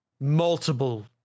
multiple